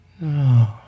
No